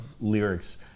lyrics